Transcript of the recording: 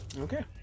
Okay